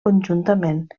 conjuntament